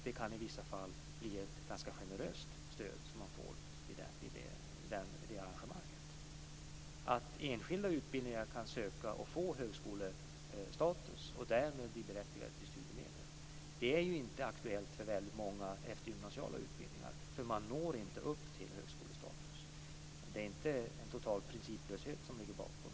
Det kan i vissa fall bli ett ganska generöst stöd som man får med det arrangemanget. Detta att enskilda utbildningar kan söka och få högskolestatus och därmed bli berättigade till studiemedel är inte aktuellt för väldigt många eftergymnasiala utbildningar, för man når inte upp till högskolestatus. Men det är inte en total principlöshet som ligger bakom.